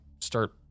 start